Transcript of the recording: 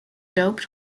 doped